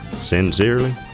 sincerely